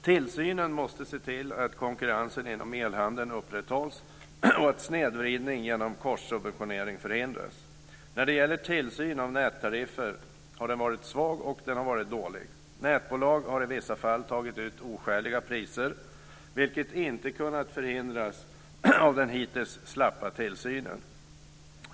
Tillsynen måste göra att konkurrensen inom elhandeln upprätthålls och att snedvridning genom korssubventionering förhindras. Tillsynen av nättariffer har varit svag och dålig. Nätbolag har i vissa fall tagit ut oskäliga priser, vilket inte kunnat förhindras av den hittills slappa tillsynen.